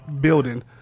Building